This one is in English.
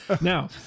Now